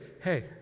hey